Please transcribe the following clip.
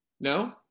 no